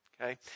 okay